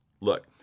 Look